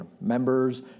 members